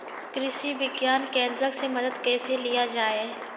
कृषि विज्ञान केन्द्रऽक से मदद कैसे लिया जाय?